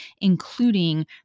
including